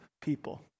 people